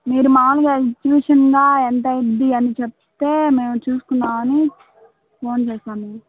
మీరు మామూలుగా అది చూసున్నా ఎంతవుతుందిద్ది అని చెప్తే మేము చూసుకుందామని ఫోన్ చేశాము